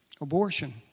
abortion